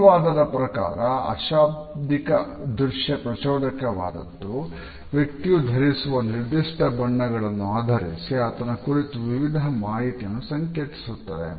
ಈ ವಾದದ ಪ್ರಕಾರ ಬಣ್ಣವು ಅಶಾಬ್ದಿಕ ದೃಶ್ಯ ಪ್ರಚೋದಕವಾಗಿದ್ದು ವ್ಯಕ್ತಿಯು ಧರಿಸಿರುವ ನಿರ್ದಿಷ್ಟ ಬಣ್ಣವನ್ನು ಆಧರಿಸಿ ಆತನ ಕುರಿತು ವಿವಿಧ ಮಾಹಿತಿಯನ್ನು ಸಂಕೇತಿಸುತ್ತದೆ